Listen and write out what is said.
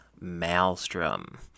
Maelstrom